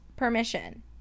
permission